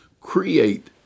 create